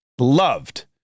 loved